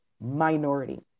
minority